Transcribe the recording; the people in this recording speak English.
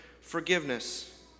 forgiveness